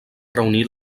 reunir